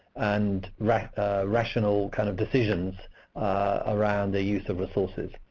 and rational kind of decisions around the use of resources.